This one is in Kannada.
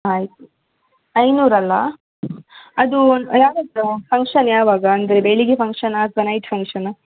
ಆಯಿತು ಐನೂರು ಅಲ್ಲ ಅದು ಯಾವತ್ತು ಫಂಕ್ಷನ್ ಯಾವಾಗ ಅಂದರೆ ಬೆಳಗ್ಗೆ ಫಂಕ್ಷನಾ ಅಥವಾ ನೈಟ್ ಫಂಕ್ಷನಾ